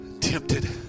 tempted